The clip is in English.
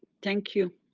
thank you.